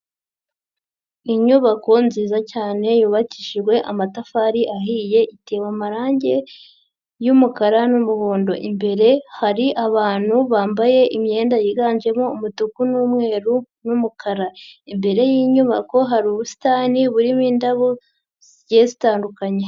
Inyubako nziza cyane yubakishijwe amatafari ahiye itewe amarange y'umukara n'umuhondo, imbere hari abantu bambaye imyenda yiganjemo umutuku n'umweru n'umukara, imbere y'inyubako hari ubusitani burimo indabo zigiye zitandukanye.